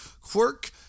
quirk